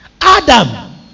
Adam